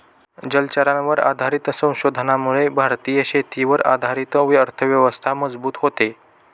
जलचरांवर आधारित संशोधनामुळे भारतीय शेतीवर आधारित अर्थव्यवस्था मजबूत होते